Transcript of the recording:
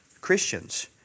Christians